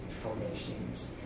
formations